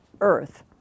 earth